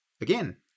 Again